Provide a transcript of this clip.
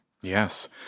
Yes